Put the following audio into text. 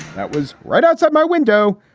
that was right outside my window.